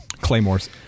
Claymores